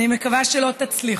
אני מקווה שלא תצליחו.